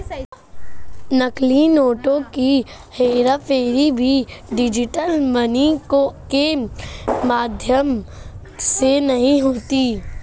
नकली नोटों की हेराफेरी भी डिजिटल मनी के माध्यम से नहीं होती